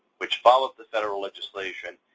which follows the federal legislation,